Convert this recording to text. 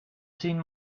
seen